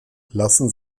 lassen